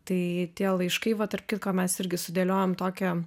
tai tie laiškai va tarp kitko mes irgi sudėliojom tokią